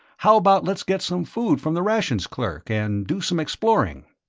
how about let's get some food from the rations clerk, and do some exploring?